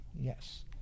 Yes